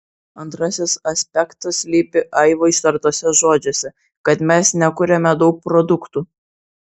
antrasis aspektas slypi aivo ištartuose žodžiuose kad mes nekuriame daug produktų